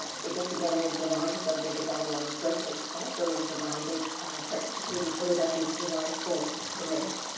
they get together in july to celebrate the dalai lama's birthday. also, in july, they participate in philadelphia's july fourth parade.